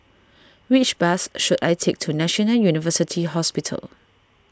which bus should I take to National University Hospital